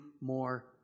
more